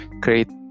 create